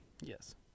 Yes